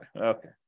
Okay